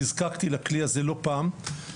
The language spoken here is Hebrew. נזקקתי לכלי הזה לא פעם,